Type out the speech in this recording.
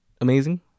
Amazing